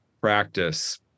practice